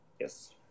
yes